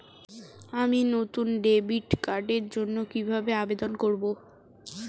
আমি নতুন ডেবিট কার্ডের জন্য কিভাবে আবেদন করব?